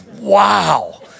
Wow